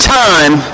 time